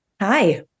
Hi